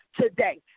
today